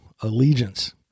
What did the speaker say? allegiance